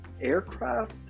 aircraft